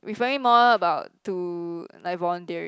referring more about to like volunteering